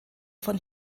von